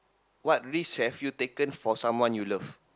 what risk have you taken for someone you love